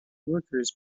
workers